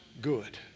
good